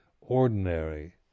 ordinary